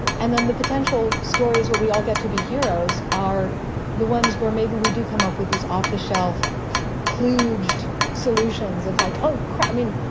and then the potential stories where we all get to be heroes are the ones where maybe we do come up with these off the shelf cluj solutions of like, oh, crap. i mean,